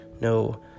no